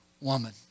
woman